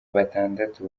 batandatu